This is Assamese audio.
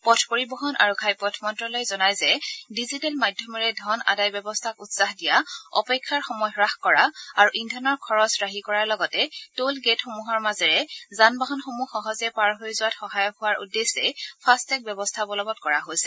পথ পৰিবহন আৰু ঘাইপথ মন্তালয়ে জনায় যে ডিজিটেল মাধ্যমেৰে ধন আদায় ব্যৱস্থাক উৎসাহ দিয়া অপেক্ষাৰ সময় হ্ৰাস কৰা আৰু ইদ্দনৰ খৰছ ৰাহি কৰাৰ লগতে টোল গেটসমূহৰ মাজেৰে যানবাহনসমূহ সহজে পাৰ হৈ যোৱাত সহায়ক হোৱাৰ উদ্দেশ্যে ফাষ্ট টেগ ব্যৱস্থা বলবৎ কৰা হৈছে